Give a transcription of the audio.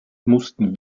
mussten